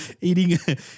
eating